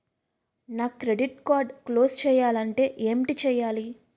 నా credit card close చేయాలంటే ఏంటి చేయాలి?